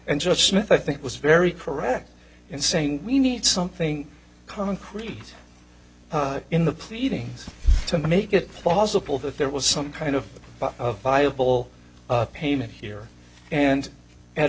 and judge smith i think was very correct in saying we need something concrete in the pleadings to make it possible that there was some kind of viable payment here and at a